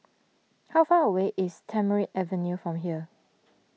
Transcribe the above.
how far away is Tamarind Avenue from here